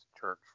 church